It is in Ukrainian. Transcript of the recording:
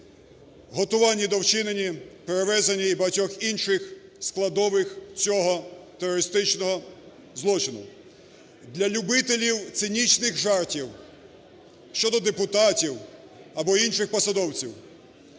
готуванні та вчиненні, перевезенні і багатьох інших складових цього терористичного злочину. Для любителів цинічних жартів щодо депутатів або інших посадовців,